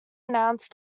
announced